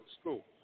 school